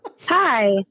hi